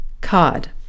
cod